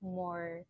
more